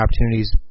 opportunities